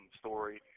story